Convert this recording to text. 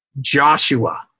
Joshua